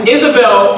Isabel